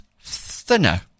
thinner